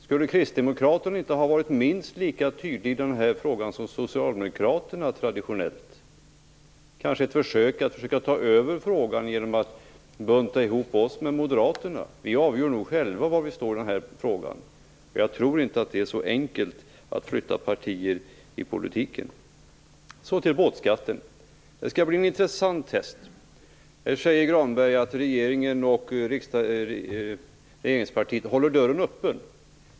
Skulle Kristdemokraterna inte ha varit minst lika tydlig i den här frågan som Socialdemokraterna traditionellt är? Man kanske försöker ta över frågan genom att bunta ihop oss med Moderaterna. Vi avgör nog själva var vi står i den här frågan. Jag tror inte att det är så enkelt att flytta partier i politiken. Sedan skall jag gå över till båtskatten. Det skall bli ett intressant test. Nu säger Lars Granberg att regeringen och regeringspartiet håller dörren öppen.